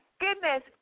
goodness